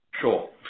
Sure